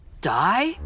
die